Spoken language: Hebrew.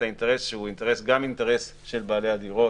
האינטרס שהוא גם אינטרס של בעלי הדירות,